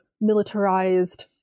militarized